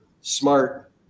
smart